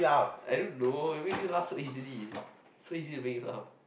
I don't know you make me laugh so easily so easy to make me laugh